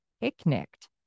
picnicked